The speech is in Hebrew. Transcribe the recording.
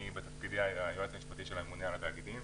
אני היועץ המשפטי של הממונה על התאגידים,